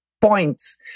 points